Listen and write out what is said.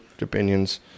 opinions